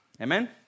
Amen